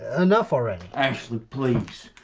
enough already. ashley please,